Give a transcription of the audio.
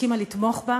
הסכימה לתמוך בה,